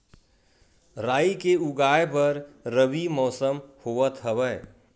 राई के उगाए बर रबी मौसम होवत हवय?